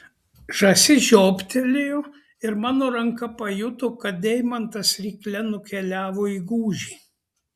žąsis žioptelėjo ir mano ranka pajuto kad deimantas rykle nukeliavo į gūžį